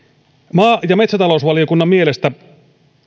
maa ja metsätalousvaliokunnan mielestä